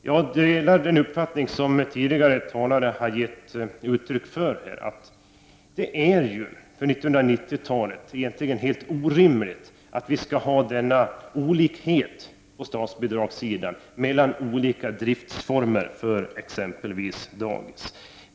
Jag delar den uppfattning som flera tidigare talare har gett uttryck för, att det egentligen är helt orimligt att vi för 1990-talet skall ha denna olikhet på statsbidragssidan mellan olika driftsformer för exempelvis dagis.